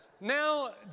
Now